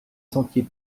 sentier